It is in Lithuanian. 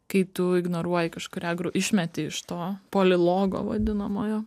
kai tu ignoruoji kažkurią gru išmeti iš to polilogo vadinamojo